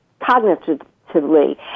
cognitively